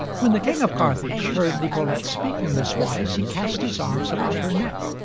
when the king of carthage heard nicolete speak in this wise, he cast his arms about her neck.